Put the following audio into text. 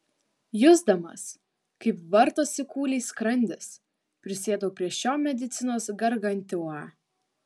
jusdamas kaip vartosi kūliais skrandis prisėdau prie šio medicinos gargantiua